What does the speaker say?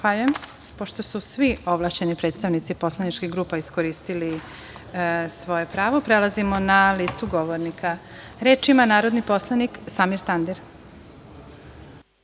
su svi ovlašćeni predstavnici poslaničkih grupa iskoristili svoje pravo, prelazimo na listu govornika. Reč ima narodni poslanik Samir